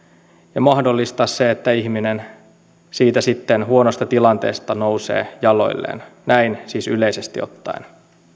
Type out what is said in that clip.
ja mahdollistaa se että ihminen siitä huonosta tilanteesta sitten nousee jaloilleen näin siis yleisesti ottaen